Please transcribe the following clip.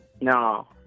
No